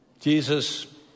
jesus